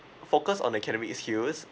focus on academic skill